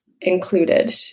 included